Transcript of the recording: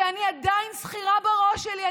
שאני עדיין עצמאית בראש שלי,